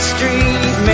Street